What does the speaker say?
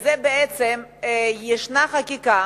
יש חקיקה